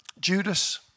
Judas